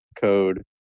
code